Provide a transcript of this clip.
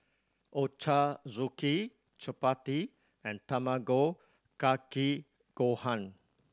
Ochazuke Chapati and Tamago Kake Gohan